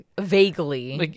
vaguely